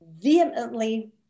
vehemently